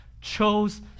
chose